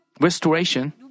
restoration